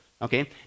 Okay